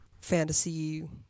fantasy